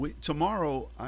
tomorrow